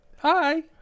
Hi